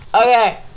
okay